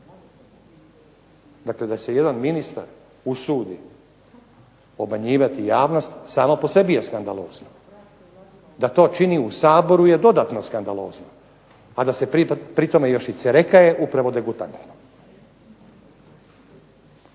Dakle, da se jedan ministar usudi obmanjivati javnost samo po sebi je skandalozno, da to čini u Saboru je dodatno skandalozno, a da se pri tome još i cereka je upravo degutantno.